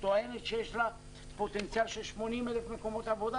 והיא טוענת שיש לה פוטנציאל של 80,000 מקומות עבודה